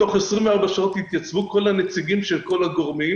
בתוך 24 שעות יתייצבו כל הנציגים של כל הגורמים,